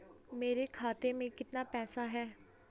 मेरे खाते में कितना पैसा है?